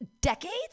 decades